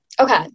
okay